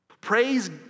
Praise